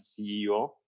CEO